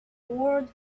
word